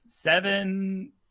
Seven